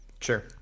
Sure